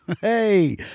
Hey